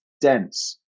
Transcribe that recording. dense